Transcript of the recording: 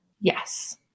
Yes